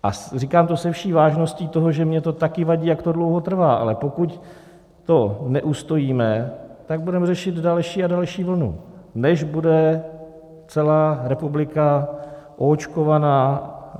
A říkám to se vší vážností toho, že mně to taky vadí, jak to dlouho trvá, ale pokud to neustojíme, tak budeme řešit další a další vlnu, než bude celá republika oočkována.